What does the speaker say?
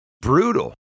Brutal